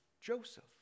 Joseph